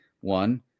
One